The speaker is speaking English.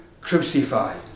crucified